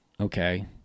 okay